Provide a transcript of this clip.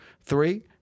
Three